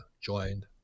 joined